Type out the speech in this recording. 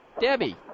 Debbie